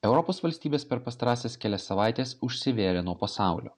europos valstybės per pastarąsias kelias savaites užsivėrė nuo pasaulio